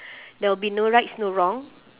there will be no rights no wrong